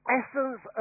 essence